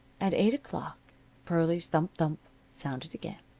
at eight o'clock pearlie's thump-thump sounded again,